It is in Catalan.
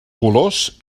colors